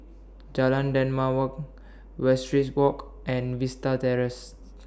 Jalan Dermawan Westridge Walk and Vista Terrace